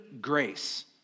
grace